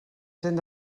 cent